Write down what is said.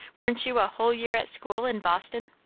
weren't you a whole year at school in boston?